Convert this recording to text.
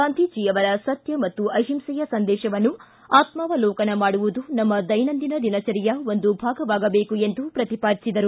ಗಾಂಧೀಜಿಯವರ ಸತ್ತ ಮತ್ತು ಅಹಿಂಸೆಯ ಸಂದೇಶವನ್ನು ಆತ್ನಾವಲೋಕನ ಮಾಡುವುದು ನಮ್ನ ದೈನಂದಿನ ದಿನಚರಿಯ ಒಂದು ಭಾಗವಾಗಬೇಕು ಎಂದು ಪ್ರತಿಪಾದಿಸಿದರು